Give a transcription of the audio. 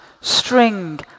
string